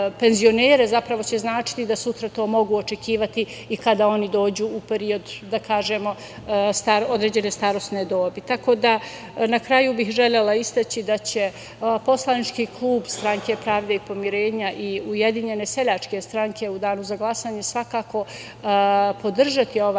penzionere, zapravo će značiti da sutra to mogu očekivati i kada oni dođu u period, da kažemo, određene starosne dobi. Tako da, na kraju bih želela istaći da će poslanički klub stranke Pravde i pomirenja i Ujedinjene seljačke stranke u danu za glasanje svakako podržati ovaj